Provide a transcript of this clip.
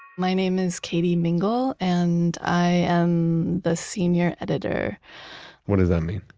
my name is katie mingle and i am the senior editor what does that mean?